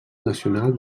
nacional